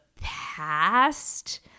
past